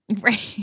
Right